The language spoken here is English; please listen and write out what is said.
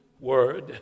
Word